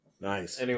Nice